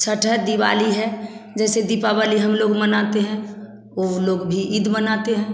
छठ है दिवाली है जैसे दीपावली हम लोग मनाते हैं वे लोग भी ईद मनाते हैं